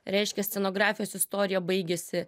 reiškia scenografijos istorija baigėsi